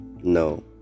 No